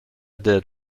did